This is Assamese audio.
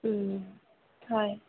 হয়